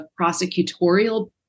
prosecutorial